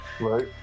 Right